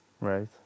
right